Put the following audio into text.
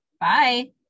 Bye